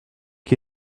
qui